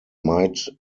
might